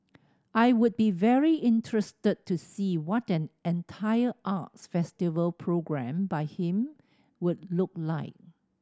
I would be very interested to see what an entire arts festival programmed by him would look like